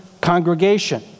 congregation